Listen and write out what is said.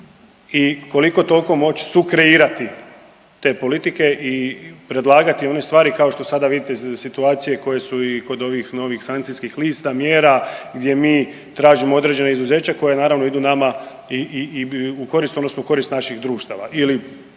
i koliko toliko moći sukreirati te politike i predlagati one stvari kao što sada vidite iz situacije koje su i kod ovih novih sankcijskih lista mjera gdje mi tražimo određena izuzeća koja naravno idu nama i u korist odnosno u korist naših društava